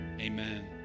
amen